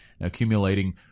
accumulating